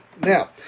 Now